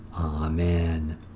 Amen